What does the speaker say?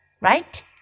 right